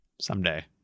Someday